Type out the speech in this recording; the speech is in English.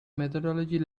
methodology